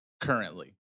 currently